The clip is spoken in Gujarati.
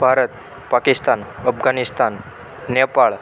ભારત પાકિસ્તાન અફઘાનિસ્તાન નેપાળ